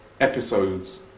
episodes